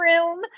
room